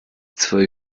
zwei